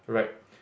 right